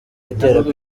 iterwa